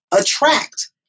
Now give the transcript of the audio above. attract